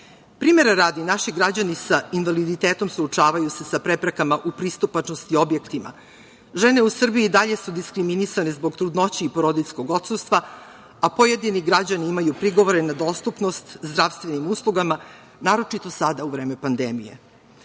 Primera radi, naši građani sa invaliditetom suočavaju se sa preprekama u pristupačnosti objektima. Žene u Srbiji i dalje su diskriminisane zbog trudnoće i porodiljskog odsustva, a pojedini građani imaju prigovore na dostupnost zdravstvenim uslugama, naročito sada u vreme pandemije. Dakle,